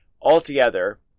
Altogether